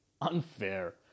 unfair